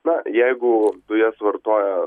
na jeigu dujas vartoja